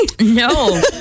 No